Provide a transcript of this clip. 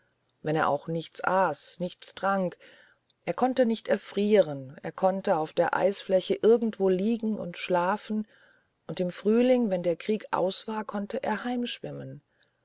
wenn er auch nichts aß nichts trank er konnte nicht erfrieren er konnte auf der eisfläche irgendwo liegen und schlafen und im frühling wenn der krieg aus war konnte er